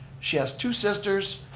she has two sisters,